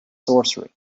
sorcery